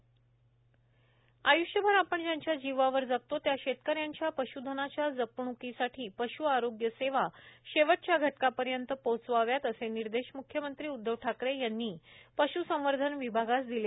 फिरत्या पश्चिकित्सालय लोकार्पण आय्ष्यभर आपण ज्यांच्या जीवावर जगतो त्या शेतकऱ्यांच्या पश्धनाच्या जपणूकीसाठी पश् आरोग्य सेवा शेवटच्या घटकापर्यंत पोहोचवाव्यात असे निर्देश मुख्यमंत्री उदधव ठाकरे यांनी पशुसंवर्धन विभागास दिले